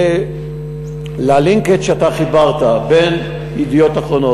ללינקג' שאתה עשית בין "ידיעות אחרונות",